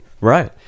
Right